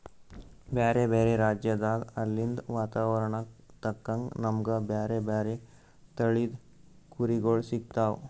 ಬ್ಯಾರೆ ಬ್ಯಾರೆ ರಾಜ್ಯದಾಗ್ ಅಲ್ಲಿಂದ್ ವಾತಾವರಣಕ್ಕ್ ತಕ್ಕಂಗ್ ನಮ್ಗ್ ಬ್ಯಾರೆ ಬ್ಯಾರೆ ತಳಿದ್ ಕುರಿಗೊಳ್ ಸಿಗ್ತಾವ್